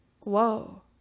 Whoa